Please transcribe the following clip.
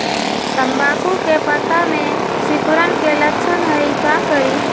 तम्बाकू के पत्ता में सिकुड़न के लक्षण हई का करी?